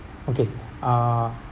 okay uh